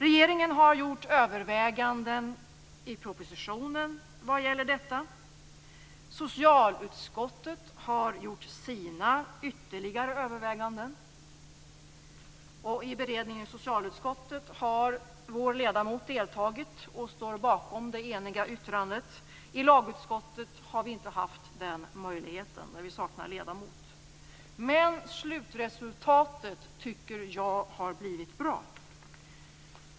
Regeringen har gjort överväganden i propositionen vad gäller detta. Socialutskottet har gjort sina ytterligare överväganden. I beredningen i socialutskottet har vår ledamot deltagit och står bakom det eniga yttrandet. I lagutskottet har vi inte haft den möjligheten, då vi saknar ledamot där. Men slutresultatet tycker jag har blivit bra.